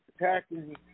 attacking